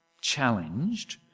challenged